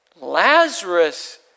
Lazarus